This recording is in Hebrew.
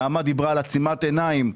נעמה דיברה על עצימת עיניים.